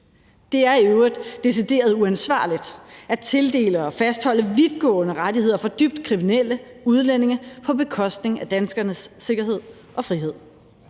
Det er i øvrigt decideret uansvarligt at tildele og fastholde vidtgående rettigheder for dybt kriminelle udlændinge på bekostning af danskernes sikkerhed og frihed.